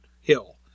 hill